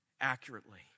accurately